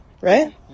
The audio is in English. right